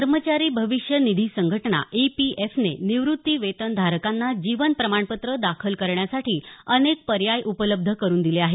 कर्मचारी भविष्य निधी संघटना ईपीएफने निवृत्तीवेतन धारकांना जीवन प्रमाणपत्र दाखल करण्यासाठी अनेक पर्याय उपलब्ध करून दिले आहेत